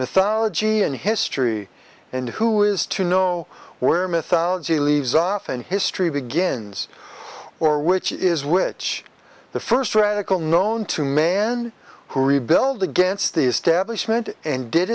mythology and history and who is to know where mythology leaves off and history begins or which is which the first radical known to man who rebuild against the establishment and did